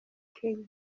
kenya